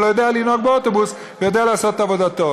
אבל הוא יודע לנהוג באוטובוס ויודע לעשות את עבודתו.